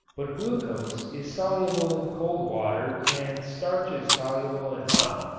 but glucose is soluble in cold water and starch is soluble in hot,